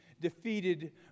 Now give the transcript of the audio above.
defeated